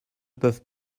peuvent